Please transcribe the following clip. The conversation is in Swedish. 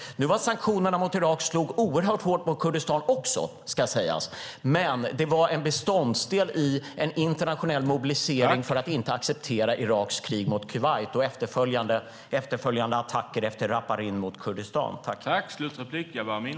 Nu slog sanktionerna mot Irak oerhört hårt mot Kurdistan också, ska sägas, men det var en beståndsdel i en internationell mobilisering för att inte acceptera Iraks krig mot Kuwait och efterföljande attacker, efter Raparin, mot Kurdistan.